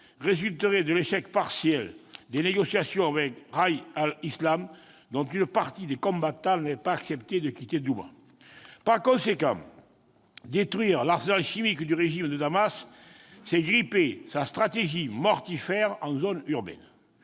résulterait de l'échec partiel des négociations avec Jaych al-Islam, dont une partie des combattants n'avait pas accepté de quitter Douma. Par conséquent, détruire l'arsenal chimique du régime de Damas, c'est gripper sa stratégie mortifère en zone urbaine.